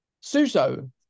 suso